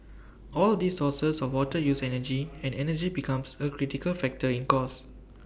all these sources of water use energy and energy becomes A critical factor in cost